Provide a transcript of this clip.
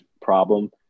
problem